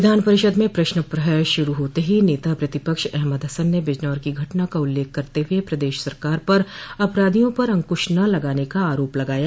विधान परिषद में प्रश्न प्रहर शुरू होते ही नेता प्रतिपक्ष अहमद हसन ने बिजनौर की घटना का उल्लेख करते हुए प्रदेश सरकार पर अपराधियों पर अंकुश न लगाने का आरोप लगाया